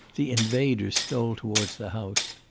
the invaders stole towards the house.